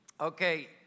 Okay